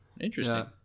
Interesting